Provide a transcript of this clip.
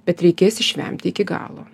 bet reikės išvemti iki galo